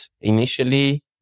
initially